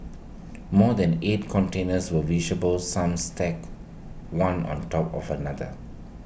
more than eight containers were visible some stacked one on top of another